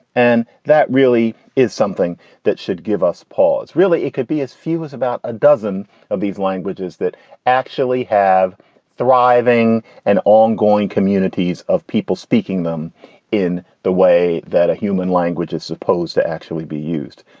and that really is something that should give us pause, really. it could be as few as about a dozen of these languages that actually have thriving and ongoing communities of people speaking them in the way that a human language is supposed to actually be used.